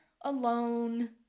alone